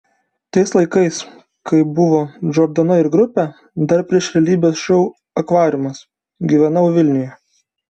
tais laikais kai buvo džordana ir grupė dar prieš realybės šou akvariumas gyvenau vilniuje